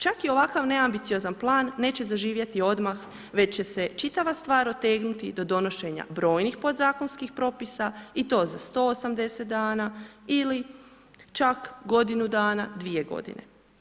Čak i ovakav neambiciozan plan neće zaživjeti odmah, već će se čitava stvar otegnuti do donošenja brojnih podzakonskih propisa i to za 180 dana ili čak godinu dana dvije godine.